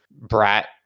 brat